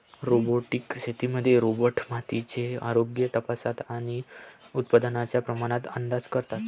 robotic शेतीमध्ये robot मातीचे आरोग्य तपासतात आणि उत्पादनाच्या प्रमाणात अंदाज करतात